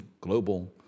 global